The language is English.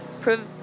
prove